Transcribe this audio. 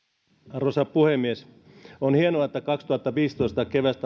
arvoisa puhemies on hienoa että vuoden kaksituhattaviisitoista keväällä